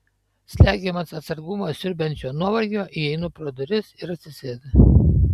slegiamas atsargumą siurbiančio nuovargio įeinu pro duris ir atsisėdu